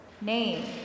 name